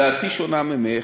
דעתי שונה ממך.